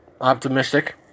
optimistic